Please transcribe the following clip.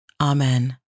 Amen